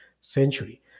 century